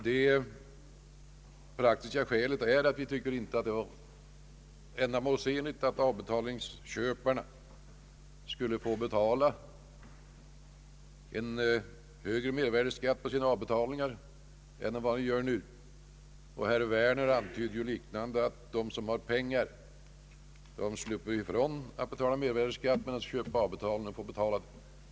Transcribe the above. De praktiska skälen är att vi inte finner det ändamålsenligt att avbetalningsköparna skulle få betala en högre mervärdeskatt på sina avbetalningar än vad de gör nu. Herr Werner antydde något liknande, nämligen att de som har pengar skulle slippa ifrån att betala höjd mervärdeskatt, medan de som köper på avbetalning skulle drabbas.